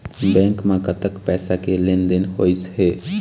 Bank म कतक पैसा के लेन देन होइस हे?